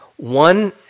One